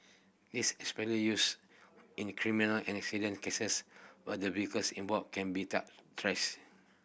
this especially use in the criminal and accident cases where the vehicles involved can be traced